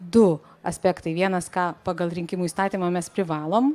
du aspektai vienas ką pagal rinkimų įstatymą mes privalom